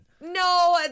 No